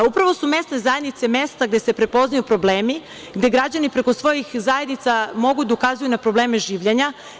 Upravo su mesne zajednice mesta gde se prepoznaju problemi, gde građani preko svojih zajednica mogu da ukazuju na probleme življenja.